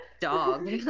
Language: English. dog